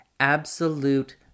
Absolute